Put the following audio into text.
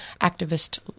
activist